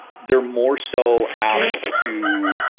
they're more so apt to